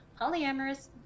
polyamorous